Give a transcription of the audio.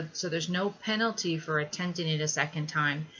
so there's no penalty for attempting it a second time.